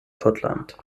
schottland